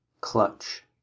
clutch